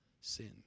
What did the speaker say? sin